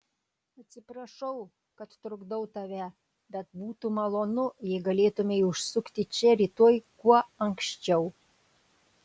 atsiprašau kad trukdau tave bet būtų malonu jei galėtumei užsukti čia rytoj kuo anksčiau